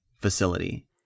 facility